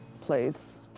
place